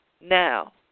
Now